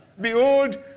Behold